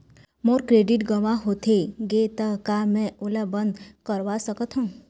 मोर credit गंवा होथे गे ता का मैं ओला बंद करवा सकथों?